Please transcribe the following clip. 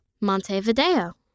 Montevideo